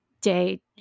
day